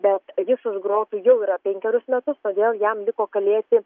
bet jis už grotų jau yra penkerius metus todėl jam liko kalėti